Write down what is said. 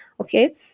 Okay